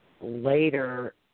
Later